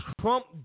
Trump